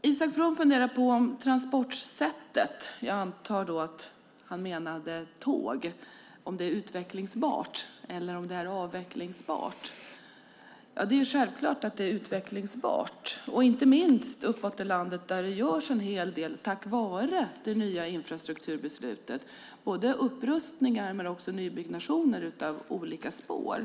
Isak From funderar på transportsättet. Jag antar att han menar tåget, om det är utvecklingsbart eller avvecklingsbart. Självklart är det utvecklingsbart, inte minst uppåt i landet där det också görs en hel del tack vare det nya infrastrukturbeslutet. Det gäller både upprustningar och nybyggnationer av olika spår.